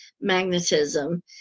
magnetism